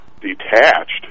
detached